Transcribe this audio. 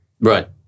right